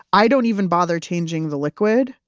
i don't even bother changing the liquid.